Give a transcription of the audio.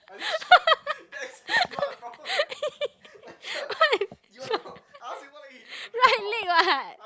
what a joke right leg [what]